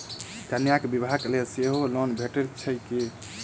कन्याक बियाह लेल सेहो लोन भेटैत छैक की?